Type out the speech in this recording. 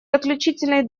заключительный